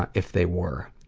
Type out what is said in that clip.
ah if they were.